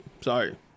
Sorry